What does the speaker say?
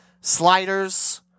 Sliders